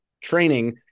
training